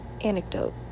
anecdote